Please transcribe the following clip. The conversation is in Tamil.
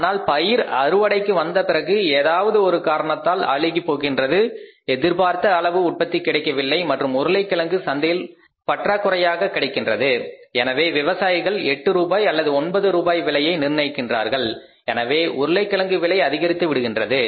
ஆனால் பயிர் அறுவடைக்கு வந்த பிறகு ஏதாவது ஒரு காரணத்தால் அழுகி போகின்றது எதிர்பார்த்த அளவு உற்பத்தி கிடைக்கவில்லை மற்றும் உருளைக்கிழங்கு சந்தையில் பற்றாக்குறையாக கிடைக்கின்றது எனவே விவசாயிகள் எட்டு ரூபாய் அல்லது ஒன்பது ரூபாய் விலையை நிர்ணயிக்கிறார்கள் எனவே உருளைக்கிழங்கு விலை அதிகரித்து விடுகின்றன